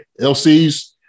LCs